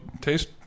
taste